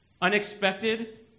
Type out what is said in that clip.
Unexpected